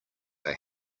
are